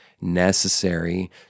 Necessary